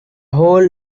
whole